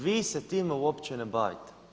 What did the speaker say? Vi se time uopće ne bavite.